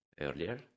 earlier